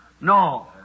No